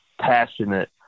passionate